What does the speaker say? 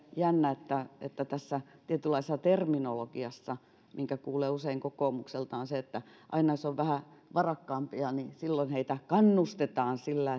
jännää että että tässä tietynlaisessa terminologiassa mitä kuulee usein kokoomukselta on se että aina jos on vähän varakkaampia niin silloin heitä kannustetaan sillä